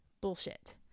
bullshit